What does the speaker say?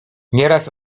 nieraz